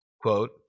quote